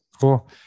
cool